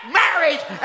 marriage